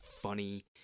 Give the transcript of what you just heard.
funny